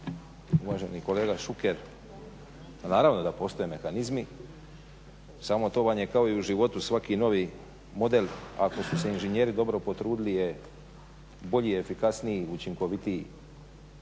Uvaženi kolega Šuker, pa naravno da postoje mehanizmi samo to vam je kao i u životu svaki novi model ako su se inženjeri dobro potrudili je bolji, efikasniji, učinkovitiji.